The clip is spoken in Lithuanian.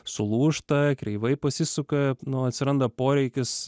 sulūžta kreivai pasisuka nu atsiranda poreikis